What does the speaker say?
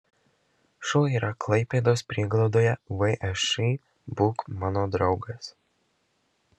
šuo yra klaipėdos prieglaudoje všį būk mano draugas